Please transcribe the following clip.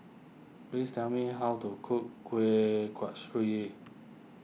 please tell me how to cook Kueh Kasturi